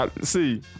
see